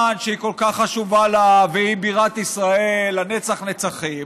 שהיא כל כך חשובה לה והיא בירת ישראל לנצח נצחים,